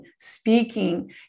speaking